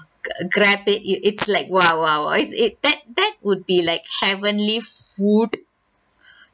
gr~ grab it it it's like !wow! !wow! !wow! it's it that that would be like heavenly food